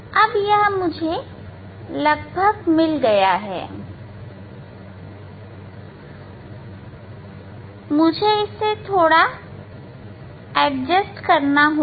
अब यह मुझे लगभग मिल गया है मुझे एडजस्ट करना होगा